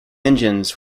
engines